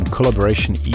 Collaboration